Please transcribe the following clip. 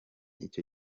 icyo